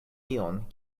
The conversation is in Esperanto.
tion